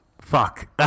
fuck